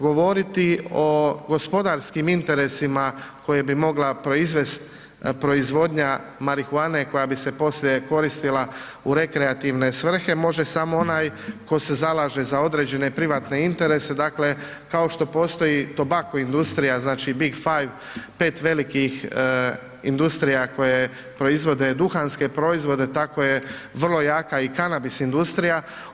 Govoriti o gospodarskim interesima koje bi mogla proizvesti proizvodnja marihuane, koja bi se poslije koristila u rekreativne svrhe, može samo onaj tko se zalaže za određene privatne interese, dakle, kao što postoji tobacco industrija, znači „big five“, 5 velikih industrija koje proizvode duhanske proizvode, tako je vrlo jaka i kanabis industrija.